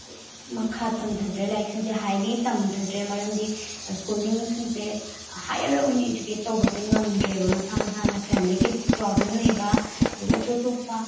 ꯃꯈꯥ ꯇꯝꯊꯗ꯭ꯔꯦ ꯂꯥꯏꯔꯤꯛꯁꯤꯡꯁꯦ ꯍꯥꯏꯂꯤ ꯇꯝꯊꯗ꯭ꯔꯦ ꯃꯔꯝꯗꯤ ꯁ꯭ꯀꯨꯜꯂꯤꯡꯁꯤꯡꯁꯦ ꯍꯥꯏꯌꯔ ꯑꯣꯏꯅ ꯏꯖꯨꯀꯦꯠ ꯇꯧꯕꯁꯦ ꯉꯝꯗ꯭ꯔꯦꯕ ꯃꯁꯥ ꯃꯁꯥꯅ ꯐꯦꯃꯤꯂꯤꯒꯤ ꯄ꯭ꯔꯣꯕ꯭ꯂꯦꯝ ꯂꯩꯕ ꯑꯗꯒꯤ ꯑꯇꯣꯞ ꯑꯇꯣꯞꯄ